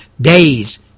days